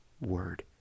word